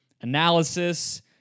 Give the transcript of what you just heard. analysis